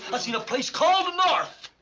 i seen a place called north.